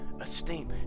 esteem